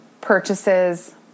purchases